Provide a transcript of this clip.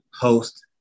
host